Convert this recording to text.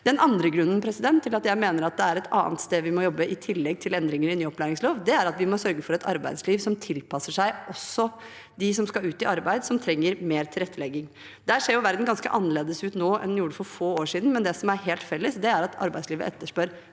Den andre grunnen til at jeg mener det er et annet sted vi må jobbe i tillegg til med endringer i ny opplæringslov, er at vi må sørge for et arbeidsliv som også tilpasser seg dem som skal ut i arbeid som trenger mer tilrettelegging. Der ser verden ganske annerledes ut nå enn den gjorde for få år siden, men det som er felles, er at arbeidslivet etterspør